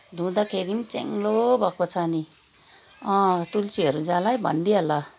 धुँदाखेरि पनि च्याङ्लो भएको छ नि तुलसीहरू जाला है भनिदिइहाल